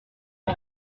ils